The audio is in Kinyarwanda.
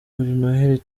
noheri